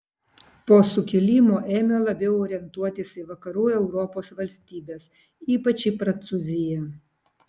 po sukilimo ėmė labiau orientuotis į vakarų europos valstybes ypač į prancūziją